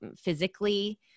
physically